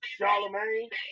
Charlemagne